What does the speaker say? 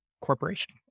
corporation